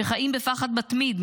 שחיים בפחד מתמיד,